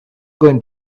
going